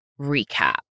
recap